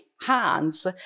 hands